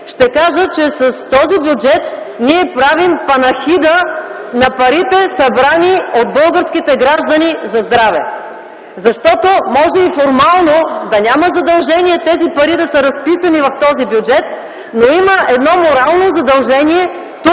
ще кажа, че с този бюджет ние правим панихида на парите, събрани от българските граждани за здраве. Формално може и да няма задължение тези пари да са разписани в този бюджет, но има едно морално задължение тук,